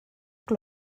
ddau